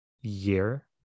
year